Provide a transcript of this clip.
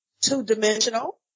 two-dimensional